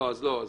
לא, אז לא.